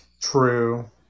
True